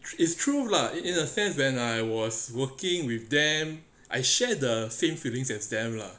it's true lah in a sense when I was working with them I share the same feelings as them lah